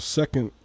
second